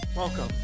Welcome